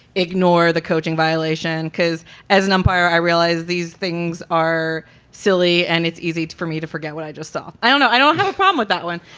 ignore the coaching violation because as an umpire, i realize these things are silly and it's easy for me to forget what i just saw i don't know. i don't have a problem with that one.